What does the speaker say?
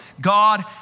God